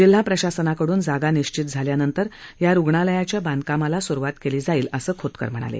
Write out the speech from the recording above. जिल्हा प्रशासनाकडुन जागा निश्चित झाल्यानंतर या रुग्णालयाच्या बांधकामाला सुरुवात केली जाईल असं खोतकर म्हणाले